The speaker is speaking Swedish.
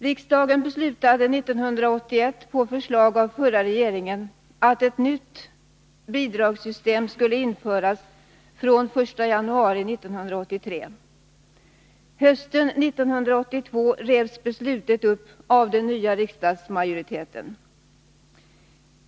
Riksdagen beslutade 1981, på förslag av den förra regeringen, att ett nytt bidragssystem skulle införas från den 1 januari 1983. Hösten 1982 revs beslutet upp av den nya riksdagsmajoriteten.